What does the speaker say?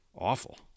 awful